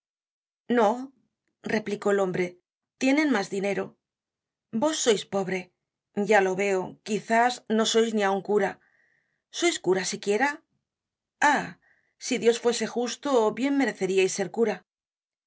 no replicó el hombre tienen mas dinero vos sois pobre ya lo veo quizá no sois ni aun cura sois cura siquiera ah si dios fuese justo bien mereceriais ser cura